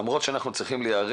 אף על פי שצריכים להיערך,